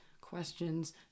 questions